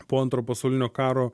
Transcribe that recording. po antro pasaulinio karo